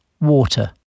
water